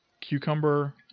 cucumber